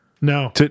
No